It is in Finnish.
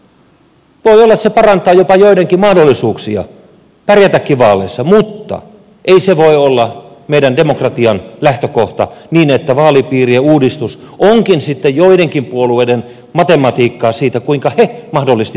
voi olla että se jopa parantaa joidenkin mahdollisuuksia pärjätäkin vaaleissa mutta ei se voi olla meidän demokratiamme lähtökohta niin että vaalipiirien uudistus onkin sitten joidenkin puolueiden matematiikkaa siitä kuinka he mahdollisesti pärjäisivät paremmin